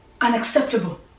unacceptable